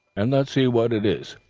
and let's see what it is.